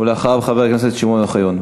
ואחריו, חבר הכנסת שמעון אוחיון.